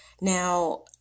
Now